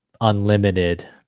unlimited